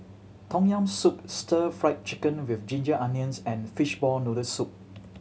Tom Yam Soup Stir Fried Chicken With Ginger Onions and fishball noodle soup